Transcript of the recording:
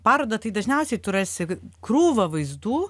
parodą tai dažniausiai tu rasi krūvą vaizdų